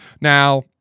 Now